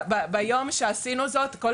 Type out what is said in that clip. ביום שעשינו זאת כל